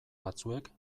batzuek